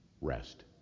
rest